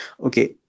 okay